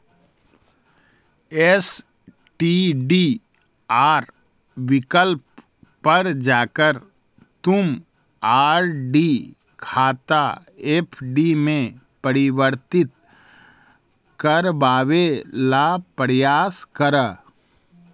STDR विकल्प पर जाकर तुम आर.डी खाता एफ.डी में परिवर्तित करवावे ला प्रायस करा